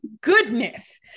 goodness